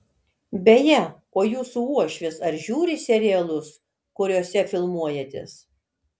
beje o jūsų uošvis ar žiūri serialus kuriose filmuojatės